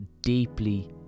deeply